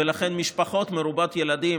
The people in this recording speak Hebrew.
ולכן משפחות מרובות ילדים,